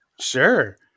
Sure